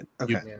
okay